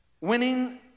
Winning